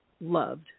loved